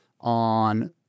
on